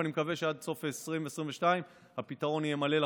ואני מקווה שעד סוף 2022 הפתרון יהיה מלא לחלוטין.